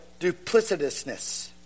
duplicitousness